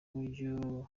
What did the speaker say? uburyo